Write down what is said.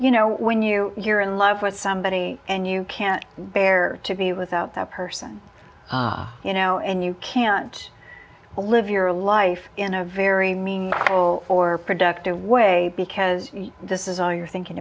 you know when you you're in love with somebody and you can't bear to be without that person you know and you can't live your life in a very mean or productive way because this is all you're thinking